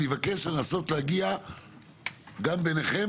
אני מבקש לנסות להגיע גם ביניכם,